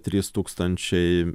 trys tūkstančiai